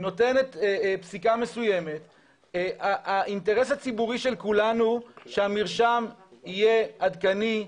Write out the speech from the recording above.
נותנת פסיקה מסוימת האינטרס הציבורי של כולנו שהמרשם יהיה עדכני,